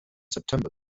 september